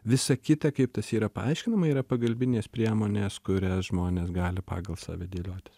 visa kita kaip tas yra paaiškinama yra pagalbinės priemonės kurias žmonės gali pagal save dėliotis